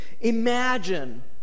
imagine